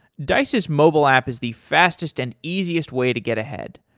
dice's mobile app is the fastest and easiest way to get ahead.